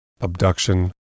abduction